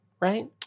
right